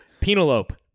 penelope